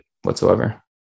whatsoever